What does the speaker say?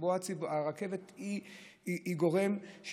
הרכבת היא גורם,